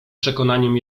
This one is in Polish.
przekonaniem